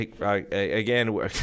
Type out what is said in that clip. again